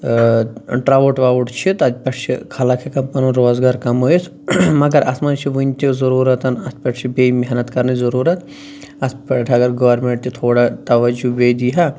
ٲں ٹرٛاوُٹ واوُٹ چھِ تَتھ پٮ۪ٹھ چھِ خلق ہیٚکان پَنُن روزگار کَمٲیِتھ مَگر اَتھ منٛز چھِ وُنہِ تہِ ضروٗرت اَتھ پٮ۪ٹھ چھِ بیٚیہِ محنت کَرنٕچۍ ضروٗرت اَتھ پٮ۪ٹھ اَگر گورمیٚنٛٹ تہِ تھوڑا تَوجوٗ بیٚیہِ دی ہا